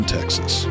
Texas